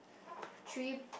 three